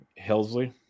Helsley